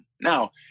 Now